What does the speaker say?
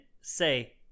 say